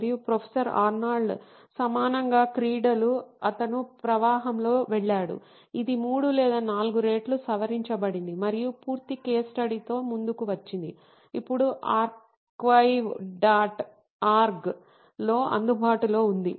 మరియు professor Arnold సమానంగా క్రీడలు అతను ప్రవాహంతో వెళ్ళాడు ఇది 3 లేదా 4 రెట్లు సవరించబడింది మరియు పూర్తి కేస్ స్టడీతో ముందుకు వచ్చింది ఇప్పుడు ఆర్కైవ్ డాట్ ఆర్గ్లో అందుబాటులో ఉంది